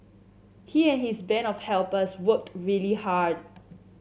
he and his band of helpers worked really hard